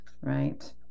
right